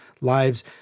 lives